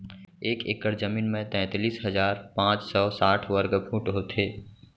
एक एकड़ जमीन मा तैतलीस हजार पाँच सौ साठ वर्ग फुट होथे